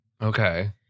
Okay